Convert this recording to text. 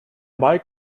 bike